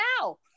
now